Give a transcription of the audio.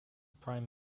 prime